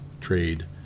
trade